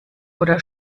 oder